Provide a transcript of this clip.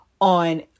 on